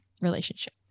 relationship